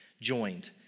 joined